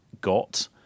got